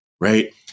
right